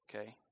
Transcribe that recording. Okay